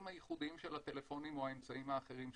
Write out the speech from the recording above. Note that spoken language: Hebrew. הייחודיים של הטלפונים או האמצעים האחרים שבקרבתם.